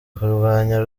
kurwanya